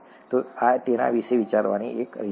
તો આ તેના વિશે વિચારવાની એક રીત છે